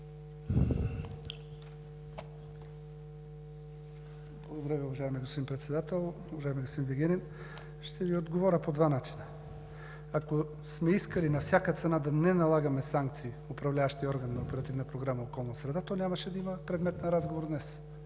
Ви, уважаеми господин Председател! Уважаеми господин Вигенин, ще Ви отговоря по два начина. Ако сме искали на всяка цена да не налагаме санкции на управляващия орган на Оперативна програма „Околна среда“, то нямаше да има предмет на разговор днес.